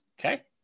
Okay